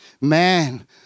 Man